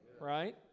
Right